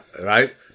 Right